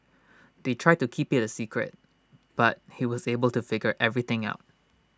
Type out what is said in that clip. they tried to keep IT A secret but he was able to figure everything out